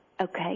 Okay